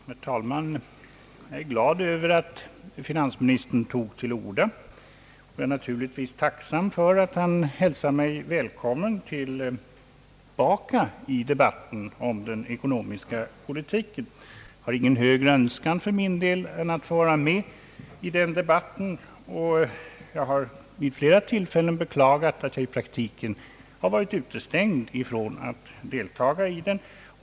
Herr talman! Jag är glad över att finansministern tog till orda, och jag är naturligtvis tacksam för att han hälsar mig välkommen tillbaka till debatten om den ekonomiska politiken. Jag har för min del ingen högre önskan än att få vara med i den debatten, och jag har vid flera tillfällen beklagat att jag i praktiken har varit utestängd från att delta i den.